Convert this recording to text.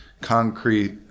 concrete